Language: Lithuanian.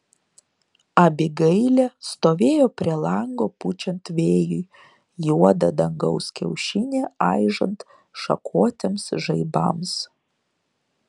abigailė stovėjo prie lango pučiant vėjui juodą dangaus kiaušinį aižant šakotiems žaibams